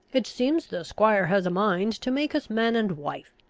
it seems the squire has a mind to make us man and wife.